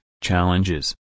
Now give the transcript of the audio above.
challenges